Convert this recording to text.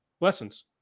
lessons